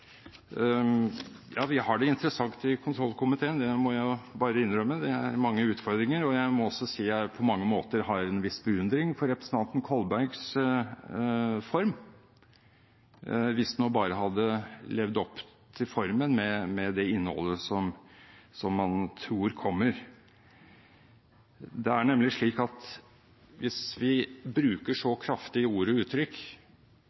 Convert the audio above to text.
Ja, vi har det interessant i kontrollkomiteen. Det må jeg bare innrømme. Det er mange utfordringer. Jeg må også si at jeg på mange måter har en viss beundring for representanten Kolbergs form hvis man bare hadde levd opp til formen med det innholdet som man tror kommer. Det er nemlig slik at hvis vi bruker